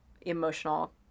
emotional